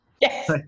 yes